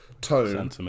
tone